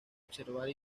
observar